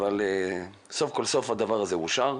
אבל סוף כל סוף הדבר הזה אושר,